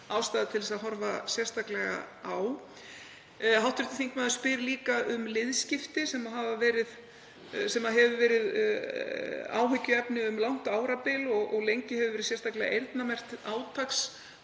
ástæða er til að horfa sérstaklega á. Hv. þingmaður spyr líka um liðskipti sem verið hefur áhyggjuefni um langt árabil. Lengi hefur verið sérstaklega eyrnamerkt